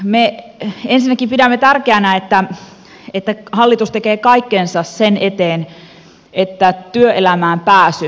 me ensinnäkin pidämme tärkeänä että hallitus tekee kaikkensa sen eteen että työelämään pääsy helpottuisi